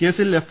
കേസിൽ എഫ്